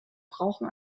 brauchen